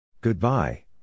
Goodbye